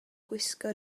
gwisgo